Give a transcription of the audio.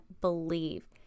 believe